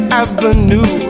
avenue